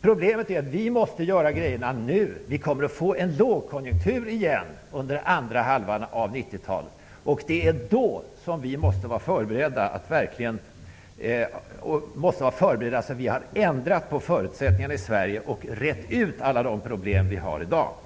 Problemet är att vi måste göra något nu. Vi kommer att få en lågkonjunktur igen under andra hälften av 90-talet. Då måste förutsättningarna i Sverige ha ändrats så, att de problem vi har i dag har retts ut.